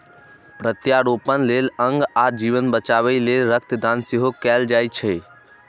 प्रत्यारोपण लेल अंग आ जीवन बचाबै लेल रक्त दान सेहो कैल जाइ छै